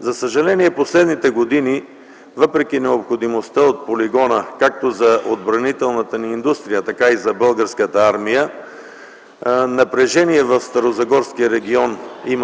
За съжаление в последните години, въпреки необходимостта от полигона както за отбранителната ни индустрия, така и за Българската армия, сериозно напрежение има в Старозагорския регион